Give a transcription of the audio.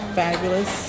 fabulous